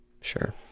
Sure